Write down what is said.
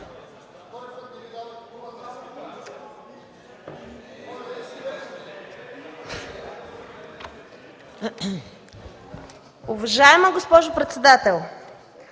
Уважаема госпожо председател,